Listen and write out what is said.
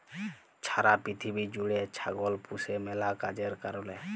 ছারা পিথিবী জ্যুইড়ে ছাগল পুষে ম্যালা কাজের কারলে